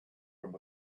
him